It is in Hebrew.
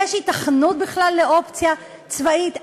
יש היתכנות בכלל לאופציה צבאית?